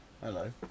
hello